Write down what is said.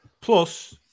Plus